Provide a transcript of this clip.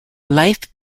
life